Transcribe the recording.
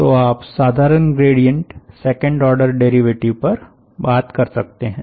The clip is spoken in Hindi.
तो आप साधारण ग्रेडिएंट सेकंड ऑर्डर डेरिवेटिव पर बात कर सकते हैं